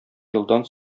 елдан